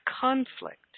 conflict